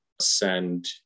send